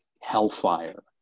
hellfire